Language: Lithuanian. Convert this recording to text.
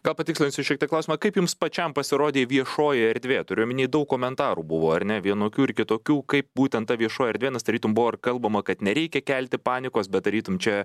gal patikslinsiu šiek tiek klausimą kaip jums pačiam pasirodė viešojoi erdvėi turiu omeny daug komentarų buvo ar ne vienokių ir kitokių kaip būtent ta viešoji erdvė nes tarytum buvo kalbama kad nereikia kelti panikos bet tarytum čia